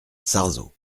sarzeau